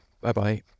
bye-bye